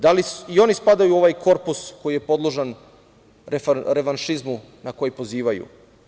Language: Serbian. Da li i oni spadaju u ovaj korpus koji je podložan revanšizmu na koji pozivaju?